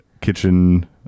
kitchen